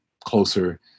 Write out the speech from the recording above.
closer